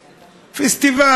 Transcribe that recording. פסטיבל.